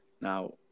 Now